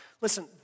Listen